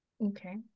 Okay